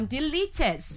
Deleted